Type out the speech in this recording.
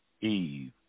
Eve